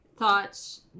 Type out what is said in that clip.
Thoughts